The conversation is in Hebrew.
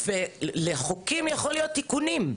ולחוקים יכול להיות תיקונים.